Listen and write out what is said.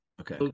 Okay